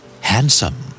Handsome